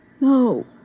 No